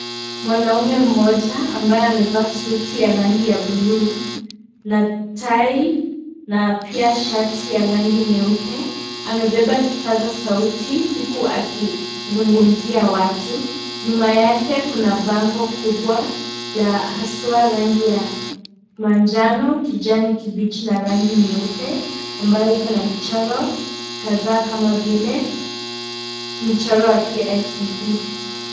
Mwanamume mmoja ambaye amevaa suti ya rangi ya (cs)blue(cs), na tai na pia shati ya rangi nyeupe. Amebeba kipaza sauti huku akizungumzia watu. Nyuma yake kuna bango kubwa la haswa rangi ya njano, kijani kibichi na rangi nyeupe. Ambayo iko na mchoro kadhaa kama vile mchoro wa KICD.